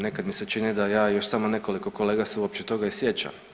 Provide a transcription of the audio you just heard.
Nekad mi se čini da ja i još samo nekoliko kolega se uopće toga i sjećamo.